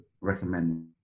recommend